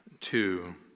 two